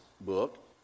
book